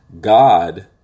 God